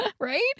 Right